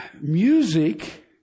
music